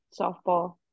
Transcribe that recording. softball